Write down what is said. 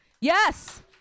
Yes